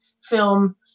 film